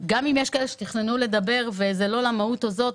גם אם יש כאלה שתכננו לדבר וזה לא למהות הזאת,